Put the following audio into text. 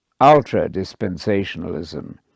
ultra-dispensationalism